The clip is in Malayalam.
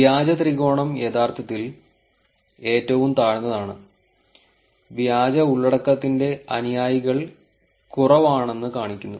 വ്യാജ ത്രികോണം യഥാർത്ഥത്തിൽ ഏറ്റവും താഴ്ന്നതാണ് വ്യാജ ഉള്ളടക്കത്തിന്റെ അനുയായികൾ കുറവാണെന്ന് കാണിക്കുന്നു